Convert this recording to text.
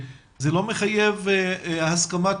ועדיין אנחנו בדיוק מחפשים את הפרשנות המתאימה לתקופה